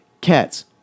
Cats